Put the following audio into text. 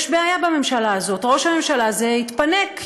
יש בעיה בממשלה הזאת: ראש הממשלה הזה התפנק,